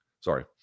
Sorry